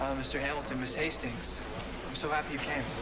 mr. hamilton, miss hastings, i'm so happy you came.